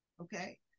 Okay